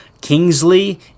Kingsley